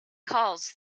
calls